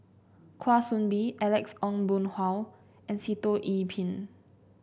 Kwa Soon Bee Alex Ong Boon Hau and Sitoh Yih Pin